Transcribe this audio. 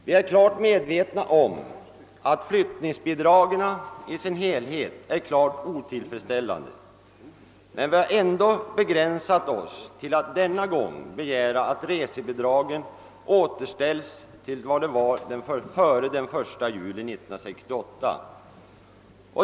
Vi är klart medvetna om att flyttningsbidragen i sin helhet är otillfredsställande, men vi har ändå begränsat oss till att denna gång begära att resebidragen återställs till vad de var före den 1 juli 1968.